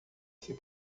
ser